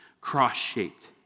cross-shaped